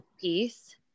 Peace